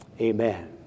Amen